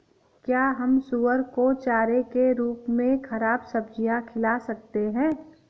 क्या हम सुअर को चारे के रूप में ख़राब सब्जियां खिला सकते हैं?